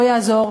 לא יעזור,